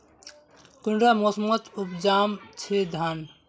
कुंडा मोसमोत उपजाम छै धान?